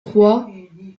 trois